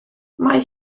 mae